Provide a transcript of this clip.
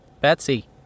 Betsy